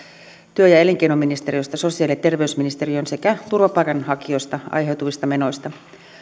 työ ja elinkeinoministeriöstä sosiaali ja terveysministeriöön sekä turvapaikanhakijoista aiheutuvista menoista